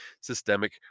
systemic